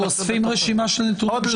אבל אנחנו אוספים רשימה של נתונים שאותם נבקש.